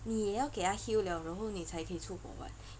你也要给他 heal liao 然后你才可以出国 [what]